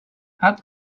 add